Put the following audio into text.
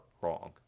wrong